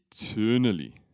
eternally